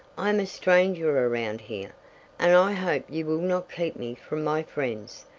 i am a stranger around here, and i hope you will not keep me from my friends.